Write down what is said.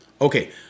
okay